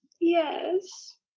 Yes